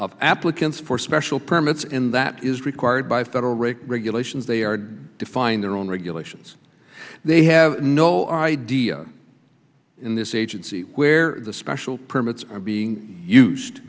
of applicants for special permits and that is required by federal regulations they are defined their own regulations they have no idea in this agency where the special permits are being used